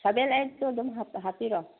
seven ꯑꯩꯠꯁꯨ ꯑꯗꯨꯝ ꯍꯥꯞꯄꯤꯔꯣ